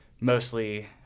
mostly